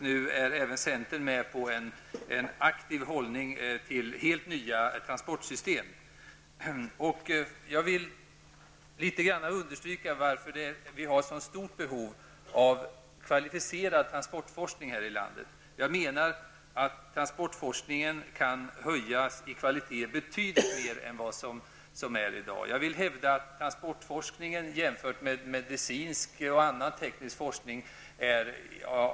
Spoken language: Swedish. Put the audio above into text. Nu är även centern med på en aktiv hållning till helt nya transportsystem. Jag vill något understryka varför vi här i landet har ett sådant stort behov av kvalificerad transportforskning. Kvaliteten på transportforskningen kan enligt min mening höjas betydligt i förhållande till dagens nivå. Jag vill hävda att transportforskningen är av sämre kvalitet än medicinsk forskning och annan teknisk forskning.